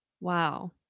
Wow